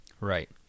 right